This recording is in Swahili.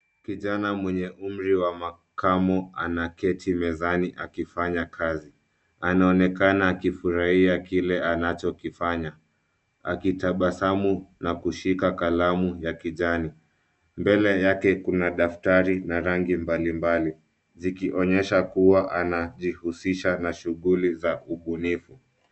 Kijana mwenye umri wa makamu anaketi mezani akifanya kazi. Anaonekana akifurahia kile anachokifanya, akitabasamu na kushika kalamu ya kijani. Mbele yake kuna daftari na rangi mbalimbali zikionyesha kuwa anajihushisha na shughuli za ubunifu.